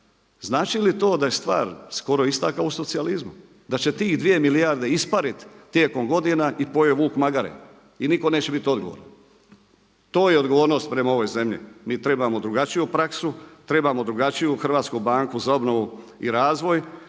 Znači li to da je stvar skoro ista kao u socijalizmu, da će tih 2 milijarde ispariti tijekom godina i pojeo vuk magare i nitko neće biti odgovoran? To je odgovornost prema ovoj zemlji. Mi trebamo drugačiju praksu, trebamo drugačiju HBOR. I prema tome možemo